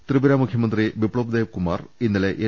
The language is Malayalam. ത്രിപുര മുഖ്യമന്ത്രി ബിപ്സവ്ദേവ് കുമാർ ഇന്നലെ എൻ